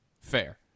Fair